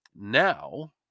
Now